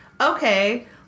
okay